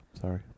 Sorry